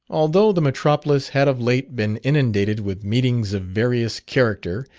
although the metropolis had of late been inundated with meetings of various character,